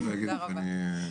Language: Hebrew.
תודה רבה.